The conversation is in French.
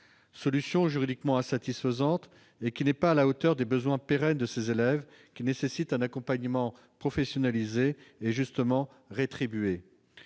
solution juridiquement insatisfaisante, qui n'est pas à la hauteur des besoins pérennes de ces élèves, lesquels ont besoin d'un accompagnement professionnalisé et justement rétribué.